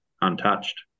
untouched